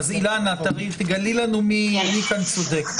אילנה, אז תגלי לנו מי צודק.